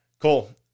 Cool